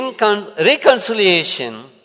reconciliation